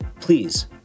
please